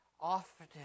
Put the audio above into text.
Often